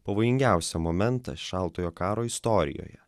pavojingiausią momentą šaltojo karo istorijoje